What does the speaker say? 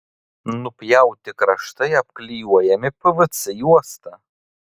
nupjauti kraštai apklijuojami pvc juosta